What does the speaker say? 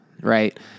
right